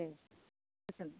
औ दे